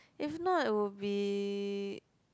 if not it would be